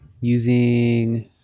using